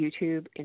YouTube